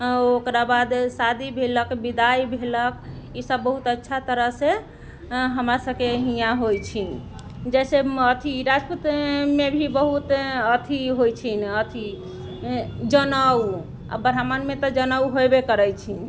ओकरा बाद शादी भेलक विदाइ भेलक ई सब बहुत अच्छा तरह से हमरा सबके इहा होइत छै जैसे अथी राजपूतमे भी बहुत अथी होइत छै ने अथी जनउ आ ब्राह्मणमे तऽ जनउ होयबे करैत छै